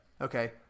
Okay